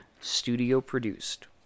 studio-produced